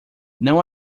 não